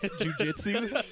Jiu-jitsu